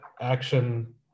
action